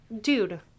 dude